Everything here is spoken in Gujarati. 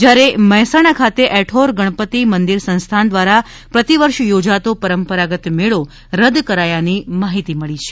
જ્યારે મહેસાણા ખાતે ઐઠોર ગણપતિ મંદિર સંસ્થાન દ્વારા પ્રતિવર્ષ યોજાતો પરંપરાગત મેળો રદ કરાયાની માહિતી મળી છે